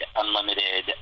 unlimited